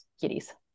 kitties